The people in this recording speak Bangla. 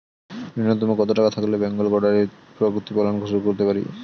নূন্যতম কত টাকা থাকলে বেঙ্গল গোটারি প্রতিপালন শুরু করতে পারি?